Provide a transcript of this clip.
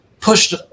pushed